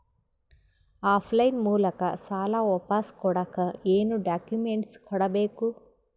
Of line ಮೂಲಕ ಸಾಲ ವಾಪಸ್ ಕೊಡಕ್ ಏನು ಡಾಕ್ಯೂಮೆಂಟ್ಸ್ ಕೊಡಬೇಕು?